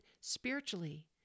spiritually